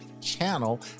channel